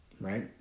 right